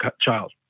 child